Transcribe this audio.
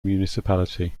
municipality